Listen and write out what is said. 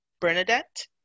Bernadette